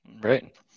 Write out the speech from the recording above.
Right